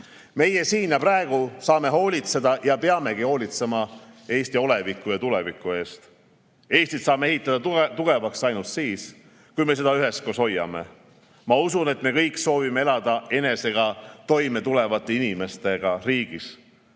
siin ja praegu saame hoolitseda ja peamegi hoolitsema Eesti oleviku ja tuleviku eest. Eestit saame ehitada tugevamaks ainult siis, kui me seda üheskoos hoiame. Ma usun, et me kõik soovime elada enesega toime tulevate inimeste riigis.